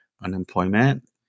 Unemployment